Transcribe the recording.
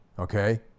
okay